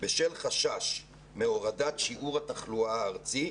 "בשל חשש להורדת שיעור התחלואה הארצי,